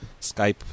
Skype